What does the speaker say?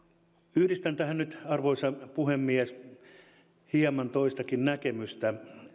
yhdistän tähän nyt arvoisa puhemies hieman toistakin näkemystä